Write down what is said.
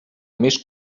més